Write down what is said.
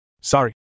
Sorry